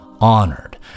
honored